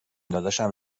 داداشم